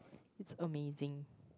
it's amazing